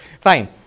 fine